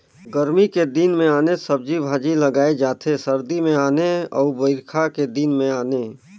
गरमी के दिन मे आने सब्जी भाजी लगाए जाथे सरदी मे आने अउ बइरखा के दिन में आने